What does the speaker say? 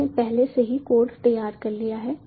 मैंने पहले से ही कोड तैयार कर लिया है